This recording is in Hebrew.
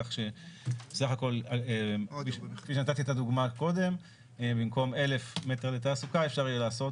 כפי שנתתי את הדוגמה קודם אפשר יהיה לעשות